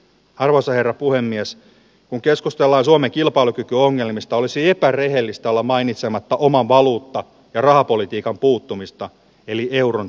arvoisa herra puhemies kun keskustellaan suomen kilpailukyky ongelmista olisi epärehellistä olla mainitsematta oman valuutta ja rahapolitiikan puuttumista eli euron